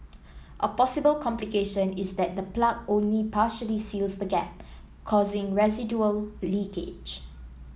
a possible complication is that the plug only partially seals the gap causing residual leakage